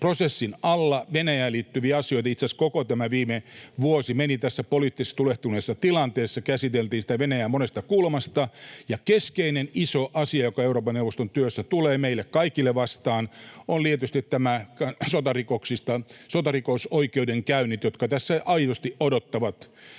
prosessin alla Venäjään liittyviä asioita. Itse asiassa koko viime vuosi meni tässä poliittisesti tulehtuneessa tilanteessa, käsiteltiin Venäjää monesta kulmasta, ja keskeinen iso asia, joka Euroopan neuvoston työssä tulee meille kaikille vastaan, ovat tietysti nämä sotarikosoikeudenkäynnit, jotka tässä aidosti odottavat. Eurooppa odottaa sitä,